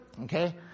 okay